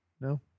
No